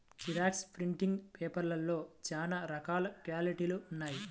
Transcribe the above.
xerox printing పేపర్లలో చాలా రకాల క్వాలిటీలు ఉన్నాయి